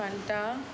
कांण्णां